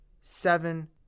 seven